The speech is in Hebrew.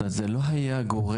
זאת אומרת זה לא היה דופק.